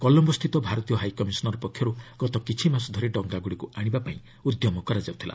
କଲମ୍ବୋସ୍ଥିତ ଭହାତୀୟ high commissioner ପକ୍ଷରୁ ଗତ କିଛିମାସ ଧରି ଡଙ୍ଗାଗୁଡ଼ିକୁ ଆଣିବାପାଇଁ ଉଦ୍ୟମ କରାଯାଉଥିଲା